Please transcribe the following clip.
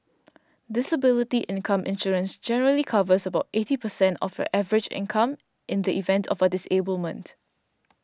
disability income insurance generally covers about eighty percent of your average income in the event of a disablement